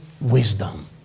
wisdom